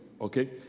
okay